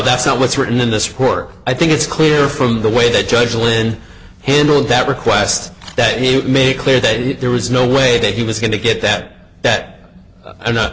that's not what's written in the score i think it's clear from the way that judge len handled that request that he made clear that there was no way that he was going to get that that i'm not